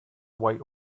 white